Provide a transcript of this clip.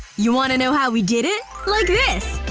you want to know how we did it? like this!